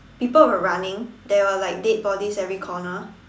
people were running there were like dead bodies every corner